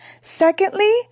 secondly